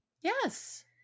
Yes